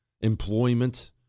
Employment